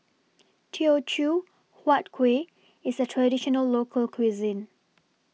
Teochew Huat Kuih IS A Traditional Local Cuisine